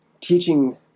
teaching